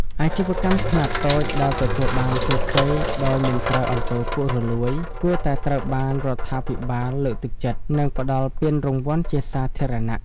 អាជីវកម្មខ្នាតតូចដែលទទួលបានជោគជ័យដោយមិនប្រើ អំពើពុករលួយ គួរតែត្រូវបានរដ្ឋាភិបាលលើកទឹកចិត្ត និងផ្ដល់ពានរង្វាន់ជាសាធារណៈ។